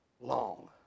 long